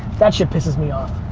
that shit pisses me off.